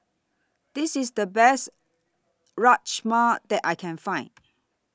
This IS The Best Rajma that I Can Find